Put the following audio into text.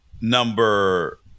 Number